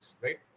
right